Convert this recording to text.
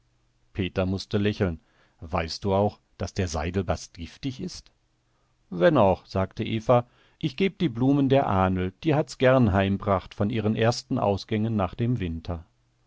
peter mußte lächeln weißt du auch daß der seidelbast giftig ist wenn auch sagte eva ich geb die blumen der ahnl die hat's gern heim'bracht von ihren ersten ausgängen nach dem winter